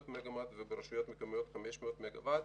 מגה וואט; רשויות מקומיות 500 מגה וואט.